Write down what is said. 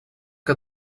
que